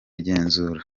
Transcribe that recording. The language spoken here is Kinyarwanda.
genzura